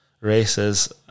races